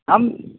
ᱟᱢ